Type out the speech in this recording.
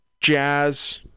jazz